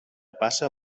passa